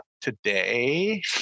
today